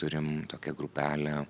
turim tokią grupelę